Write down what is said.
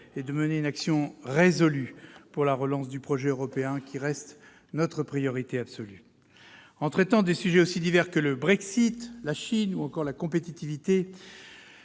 et de mener une action résolue pour la relance du projet européen, qui reste notre priorité absolue. En traitant de sujets aussi divers que le Brexit, la Chine ou encore la compétitivité,